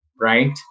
right